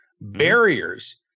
barriers